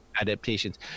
adaptations